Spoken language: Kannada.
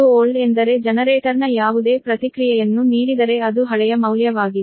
Xg1old ಎಂದರೆ ಜನರೇಟರ್ನ ಯಾವುದೇ ಪ್ರತಿಕ್ರಿಯೆಯನ್ನು ನೀಡಿದರೆ ಅದು ಹಳೆಯ ಮೌಲ್ಯವಾಗಿದೆ